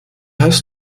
heißt